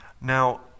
Now